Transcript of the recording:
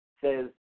says